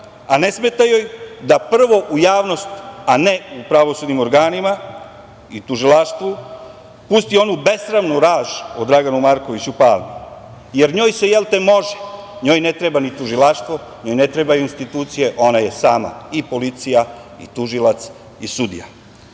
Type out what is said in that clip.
a ne smeta joj da prvo u javnost, a ne u pravosudnim organima i tužilaštvu pusti onu besramnu laž o Draganu Markoviću Palmi. Jer, njoj se jel te može, njoj ne treba tužilaštvo, njoj ne trebaju institucije, ona je sama i policija i tužilac i sudija. Treba